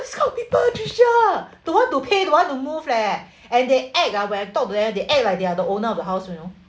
scold people trisha don't want to pay don't want to move leh and they act ah when I talk to them they act like they are the owner of the house you know